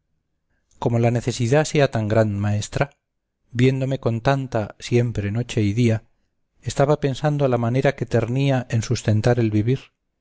como la necesidad sea tan gran maestra viéndome con tanta siempre noche y día estaba pensando la manera que ternía en sustentar el vivir